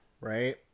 right